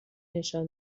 نشان